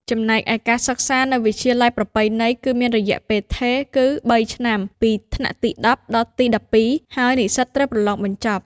ចំណែកឯការសិក្សានៅ វិទ្យាល័យប្រពៃណី គឺមានរយៈពេលថេរ គឺបីឆ្នាំ (ពីថ្នាក់ទី១០ដល់ទី១២) ហើយនិស្សិតត្រូវប្រឡងបញ្ចប់។